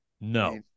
No